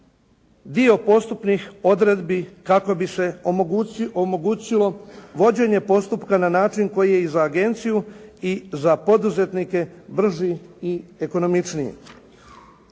dio postupnih odredbi kako bi se omogućilo vođenje postupka na način koji je i za agenciju i za poduzetnike brži i ekonomičniji.